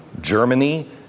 Germany